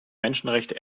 menschenrechte